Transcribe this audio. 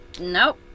Nope